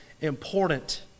important